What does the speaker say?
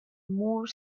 more